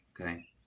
okay